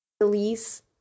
release